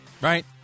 right